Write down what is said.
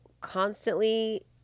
constantly